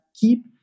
keep